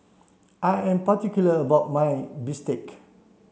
I am particular about my Bistake